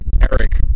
Eric